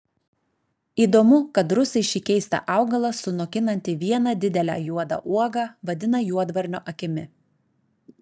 įdomu kad rusai šį keistą augalą sunokinantį vieną didelę juodą uogą vadina juodvarnio akimi